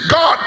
God